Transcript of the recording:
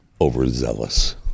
overzealous